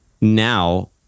now